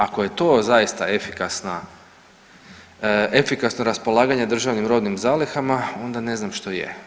Ako je to zaista efikasno raspolaganje državnim robnim zalihama onda ne znam što je.